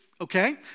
okay